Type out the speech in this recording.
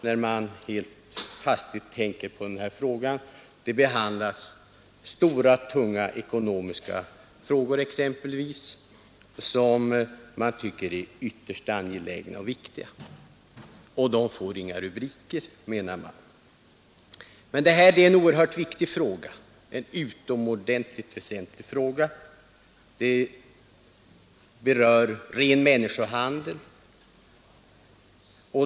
Här i riksdagen behandlas exempelvis stora tunga ekonomiska frågor som man tycker är ytterst angelägna och viktiga, och de får inga rubriker, menar man. Men det här är en utomordentligt väsentlig fråga.